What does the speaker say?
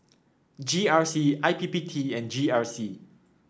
G R C I P P T and G R C